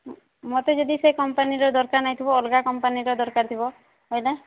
ମୋତେ ଯଦି ସେ କମ୍ପାନୀର ଦରକାର ନଥିବ ଅଲଗା କମ୍ପାନୀର ଦରକାର ଥିବ ବୋଇଲେ